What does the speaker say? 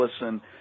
listen